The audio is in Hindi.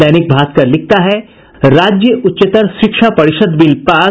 दैनिक भास्कर लिखता है राज्य उच्चतर शिक्षा परिषद बिल पास